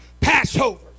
Passovers